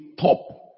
top